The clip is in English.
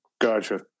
Gotcha